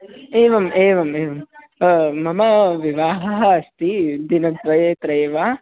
एवम् एवम् एवं मम विवाहः अस्ति दिनद्वये त्रये वा